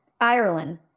Ireland